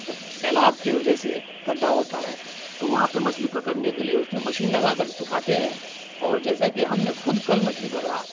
سیلاب کی وجہ سے گڈھا ہوتا ہے تو وہاں پہ مچھلی پکڑنے کے لیے اس میں مشین لگا کر کے سکھاتے ہیں اور جیسا کہ ہم نے خود کل مچھلی پکڑا